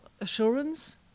assurance